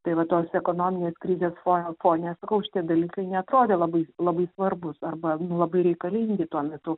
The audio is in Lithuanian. tai va tos ekonominės krizės fone fone sakau šitie dalykai neatrodė labai labai svarbūs arba nu labai reikalingi tuo metu